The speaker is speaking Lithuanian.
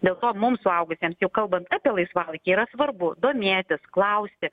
dėl to mums suaugusiems jau kalbant apie laisvalaikį yra svarbu domėtis klausti